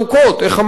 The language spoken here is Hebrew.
איך אמרנו?